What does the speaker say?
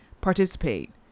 participate